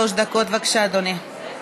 שלוש דקות, בבקשה, אדוני.